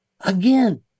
Again